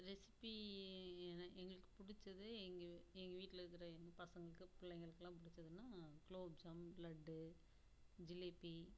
recipe எங்களுக்கு பிடிச்சது எங்கள் எங்கள் வீட்டில் இருக்கிற எங்கள் பசங்களுக்கு பிள்ளைங்களுக்குலாம் பிடிச்சதுன்னா குலோப்ஜாமுன் லட்டு ஜிலேபி